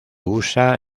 usa